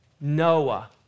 Noah